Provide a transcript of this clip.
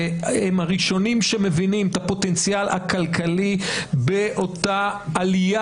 והם הראשונים שמבינים את הפוטנציאל הכלכלי באותה עלייה